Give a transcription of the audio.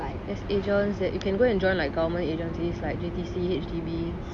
like as agents you can go and join like government agencies like J_T_C H_D_B